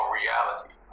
reality